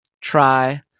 try